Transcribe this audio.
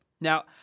Now